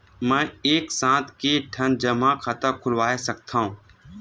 मैं एक साथ के ठन जमा खाता खुलवाय सकथव?